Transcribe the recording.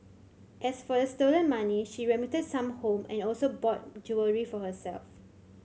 as for the stolen money she remitted some home and also bought jewellery for herself